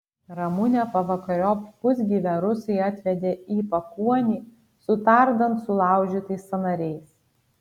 ramunę pavakariop pusgyvę rusai atvedė į pakuonį su tardant sulaužytais sąnariais